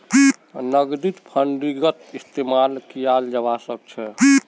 नकदीक फंडिंगत इस्तेमाल कियाल जवा सक छे